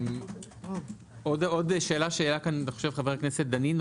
עוד שאלה שהייתה לחבר הכנסת דנינו,